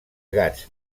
gats